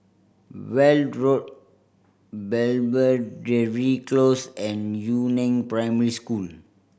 Weld Road Belvedere Close and Yu Neng Primary School